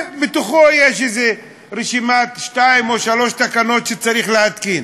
ובתוכו יש רשימה של כמה תקנות שצריך להתקין.